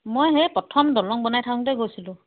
মই সেই প্ৰথম দলং বনাই থাকোঁতে গৈছিলোঁ